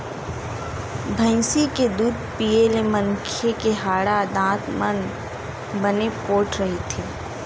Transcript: भइसी के दूद पीए ले मनखे के हाड़ा, दांत मन बने पोठ रहिथे